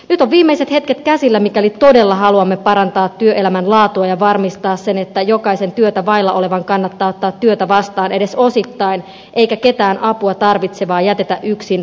nyt on viimeiset hetket käsillä mikäli todella haluamme parantaa työelämän laatua ja varmistaa sen että jokaisen työtä vailla olevan kannattaa ottaa työtä vastaan edes osittain ja että ketään apua tarvitsevaa ei jätetä yksin sosiaalitukikierteeseen